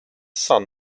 son